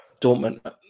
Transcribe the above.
Dortmund